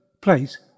place